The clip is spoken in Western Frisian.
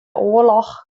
oarloch